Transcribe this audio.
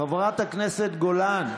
חברת הכנסת גולן.